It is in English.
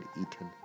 eaten